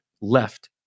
left